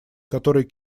которой